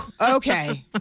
Okay